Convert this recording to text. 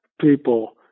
people